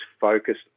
focused